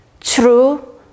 true